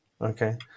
Okay